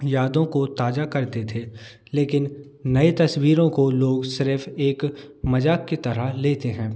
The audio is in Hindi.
यादों को ताज़ा करते थे लेकिन नई तस्वीरों को लोग सिर्फ एक मज़ाक की तरह लेते हैं